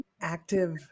active